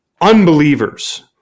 unbelievers